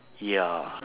ya